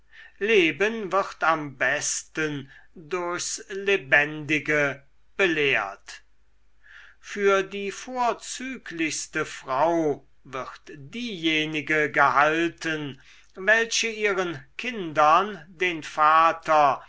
leben wird am besten durchs lebendige belehrt für die vorzüglichste frau wird diejenige gehalten welche ihren kindern den vater